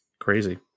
Crazy